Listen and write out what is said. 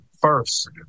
first